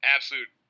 Absolute